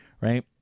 right